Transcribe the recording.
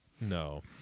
No